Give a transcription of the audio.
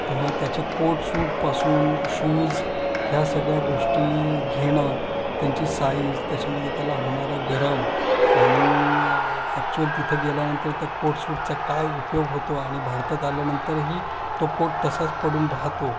ते त्याचे कोटसूटपासून शूज ह्या सगळ्या गोष्टी घेणं त्यांची साईज त्याच्यामधे त्याला होणारं गरम आणि ॲक्च्युअल तिथं गेल्यानंतर त्या कोटसूटचा काय उपयोग होतो आणि भारतात आल्यानंतरही तो कोट तसाच पडून राहतो